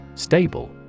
Stable